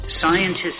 scientists